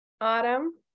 Autumn